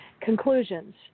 Conclusions